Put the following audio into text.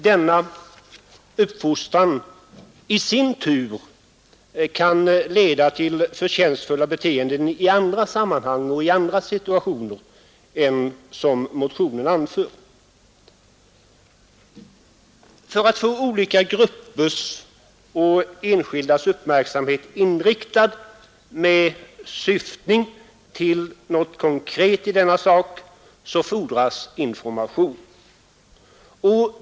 Denna uppfostran kan i sin tur leda till förtjänstfulla beteenden i andra sammanhang och i andra situationer än motionen anför. För att få olika gruppers och enskildas uppmärksamhet inriktad på något konkret i denna sak fordras information.